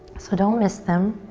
so don't miss them.